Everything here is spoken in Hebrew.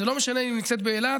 זה לא משנה אם היא נמצאת באילת,